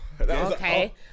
Okay